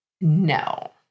No